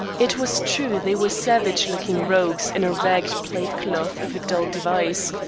it was true they were savage-looking rogues in a ragged plaid-cloth of a dull device,